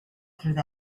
through